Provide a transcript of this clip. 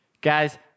Guys